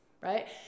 right